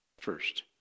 first